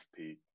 fp